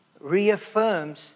reaffirms